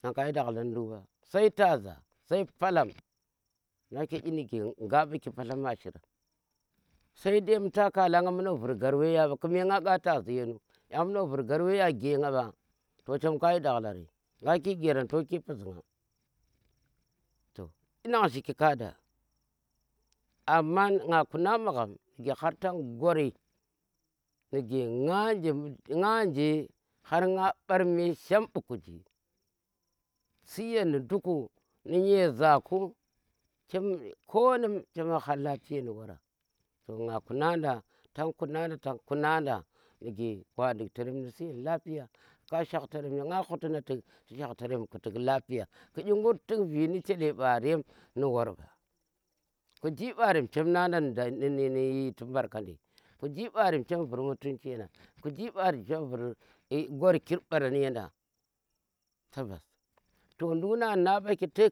nga kayi dakhlar ni aki ɓa, sai taza sai palom, nake inige nga ɓaki padla ma shiran, sai bu ta kala nga mbu no vuur gorum ya ɓa kime nga kh tazi yenua yan mbu no vur garkwe ya gee nga ba chaam kayi dokhlari nga ki geran ta puzi nga inan shiki kada amma nga kuna magham nige har tan gwari nuge nga je har nga mbar me shaam mbu uji siyna nduku ni nyeza ku, chem ko num chema har lafiya ni wara, to nga kuna da tan kun da, tan kuna da nuge wa dikta rem suyen lafiya kashak ta rem mbu ka shak tare ku shak tarem nu suyen lafiya nu da gap lafiya magham taan kuna na, nga ƙutina tik choom shaak lfiya ƙi inguri vii ni cele ɓarem nu wara ba kuji ɓarem chem nada nu nu nu dyi mbarkandi, kuji mbarem chem na danu mutunci yanda, kuji ɓarem chem vur gwarkir mbaran yenda to nduk na ni ɗa ɓaki